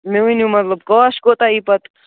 مےٚ ؤنِو مطلب کاسٹ کوتاہ یِیہِ پَتہٕ